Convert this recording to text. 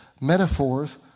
metaphors